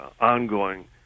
ongoing